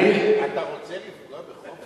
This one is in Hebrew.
אתה רוצה לפגוע בחופש